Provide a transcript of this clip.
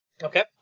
Okay